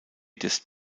des